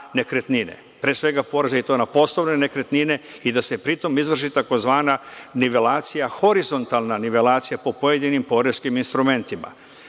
na nekretnine i to na poslovne nekretnine i da se pritom izvrši tzv. nivelacija, horizontalna nivelacija po pojedinim poreskim instrumentima.